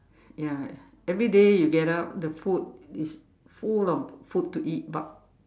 ya everyday you get up the food is full of food to eat but